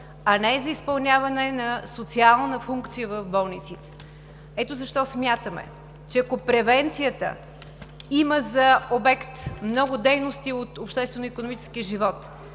а не за изпълняване на социална функция в болниците. Смятаме, че превенцията има за обект много дейности от обществено-икономическия живот,